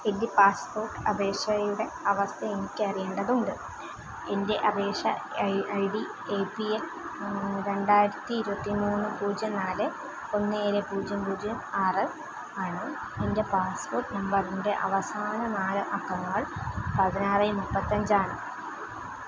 എൻ്റെ പാസ്പോർട്ട് അപേക്ഷയുടെ അവസ്ഥ എനിക്ക് അറിയേണ്ടതുണ്ട് എൻ്റെ അപേക്ഷാ I I D A P L രണ്ടായിരത്തി ഇരുപത്തി മൂന്ന് പൂജ്യം നാല് ഒന്ന് ഏഴ് പൂജ്യം പൂജ്യം ആറ് ആണ് എൻ്റെ പാസ്പോർട്ട് നമ്പറിൻ്റെ അവസാന നാല് അക്കങ്ങൾ പതിനാറ് മുപ്പത്തഞ്ചാണ്